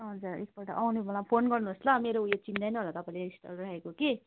हजुर एक पल्ट आउने बेलामा फोन गर्नु होस् ल मेरो उयो चिन्दैन होला तपाईँले मेरो स्टल राखेको कि